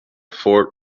fort